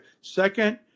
Second